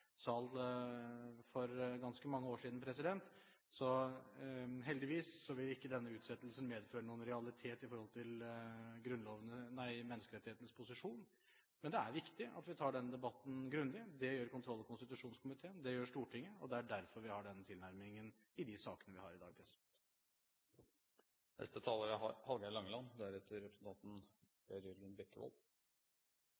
for ganske mange år siden. Heldigvis vil ikke denne utsettelsen medføre noen realitet når det gjelder menneskerettighetenes posisjon. Men det er viktig at vi tar den debatten grundig; det gjør kontroll- og konstitusjonskomiteen, det gjør Stortinget, og det er derfor vi har den tilnærmingen i de sakene vi har i dag.